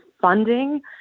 funding